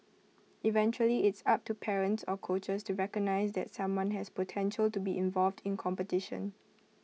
eventually it's up to parents or coaches to recognise that someone has potential to be involved in competition